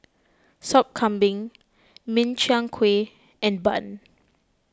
Sop Kambing Min Chiang Kueh and Bun